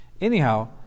Anyhow